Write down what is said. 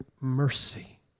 mercy